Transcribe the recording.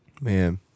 Man